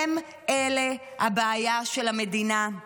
הם הבעיה של המדינה?